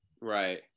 right